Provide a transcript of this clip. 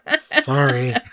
sorry